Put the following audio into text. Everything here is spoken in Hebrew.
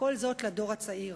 וכל זאת לדור הצעיר.